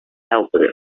helper